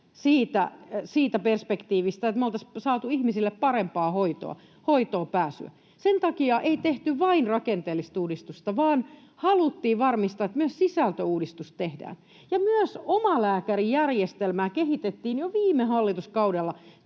siitä perspektiivistä, että me oltaisiin saatu ihmisille parempaa hoitoonpääsyä. Sen takia ei tehty vain rakenteellista uudistusta, vaan haluttiin varmistaa, että myös sisältöuudistus tehdään, ja myös omalääkärijärjestelmää kehitettiin jo viime hallituskaudella.